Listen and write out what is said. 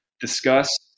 discuss